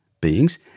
beings